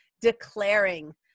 declaring